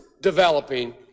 developing